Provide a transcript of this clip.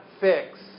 fix